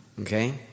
okay